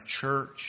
church